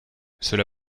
cela